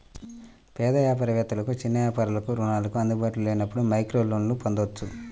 పేద వ్యాపార వేత్తలకు, చిన్న వ్యాపారాలకు రుణాలు అందుబాటులో లేనప్పుడు మైక్రోలోన్లను పొందొచ్చు